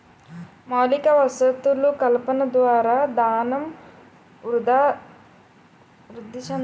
మౌలిక వసతులు కల్పన ద్వారా ధనం వృద్ధి చెందాలి